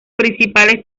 principales